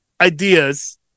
ideas